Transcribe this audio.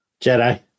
Jedi